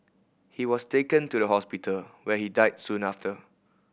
he was taken to the hospital where he died soon after